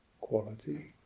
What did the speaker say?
quality